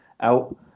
out